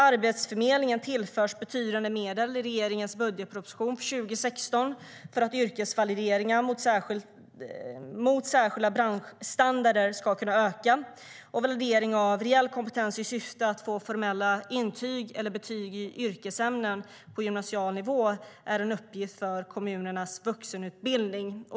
Arbetsförmedlingen tillförs betydande medel i regeringens budgetproposition för 2016 för att yrkesvalideringar mot särskilda branschstandarder ska kunna öka. Validering av reell kompetens i syfte att få formella intyg eller betyg i yrkesämnen på gymnasial nivå är en uppgift för kommunernas vuxenutbildning.